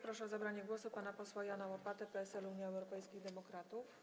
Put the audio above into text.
Proszę o zabranie głosu pana posła Jana Łopatę, PSL - Unia Europejskich Demokratów.